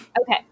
Okay